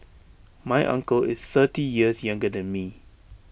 my uncle is thirty years younger than me